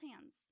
hands